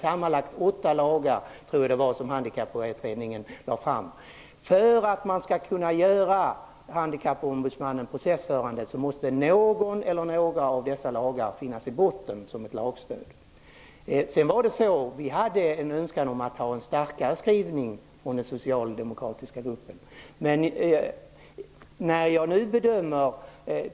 Sammanlagt är det åtta lagar, tror jag, som Handikapputredningen lade fram. För att man skall kunna göra Handikappsombudsmannens roll processförande måste någon eller några av dessa lagar finnas i botten, som ett lagstöd. Vi hade en önskan om en starkare skrivning från den socialdemokratiska gruppen.